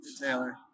Taylor